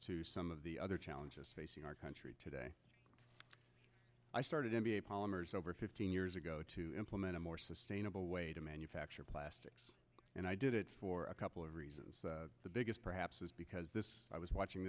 to some of the other challenges facing our country today i started m b a polymers over fifteen years ago to implement a more sustainable way to manufacture plan sticks and i did it for a couple of reasons the biggest perhaps is because this i was watching